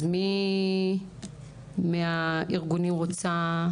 אז מי מהארגונים רוצה?